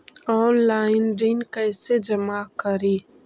Online ऋण कैसे जमा करी?